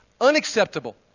Unacceptable